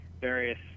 various